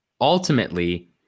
ultimately